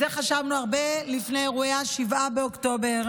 את זה חשבנו הרבה לפני אירועי 7 באוקטובר,